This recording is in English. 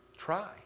Try